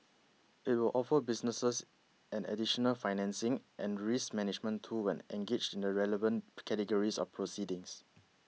it will offer businesses an additional financing and risk management tool when engaged in the relevant categories of proceedings